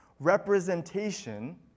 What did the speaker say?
representation